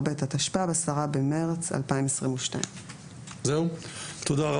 ב' התשפ"ב (10 במרץ 2022). תודה רבה,